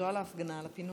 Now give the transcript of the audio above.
לא על ההפגנה, על הפינוי.